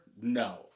No